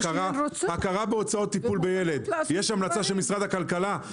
הכרה בהוצאות טיפול בילד יש המלצה של משרד הכלכלה?